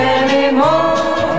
anymore